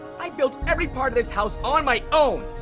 i built every part of this house on my own,